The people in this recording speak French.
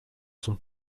sont